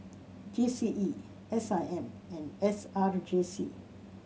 G C E S I M and S R J C